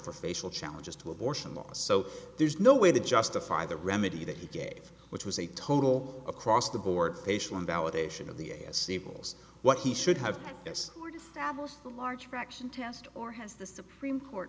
facial challenges to abortion law so there's no way to justify the remedy that he gave which was a total across the board facial invalidation of the as stables what he should have as a large fraction test or has the supreme court